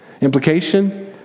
Implication